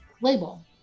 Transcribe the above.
label